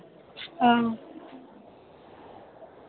हां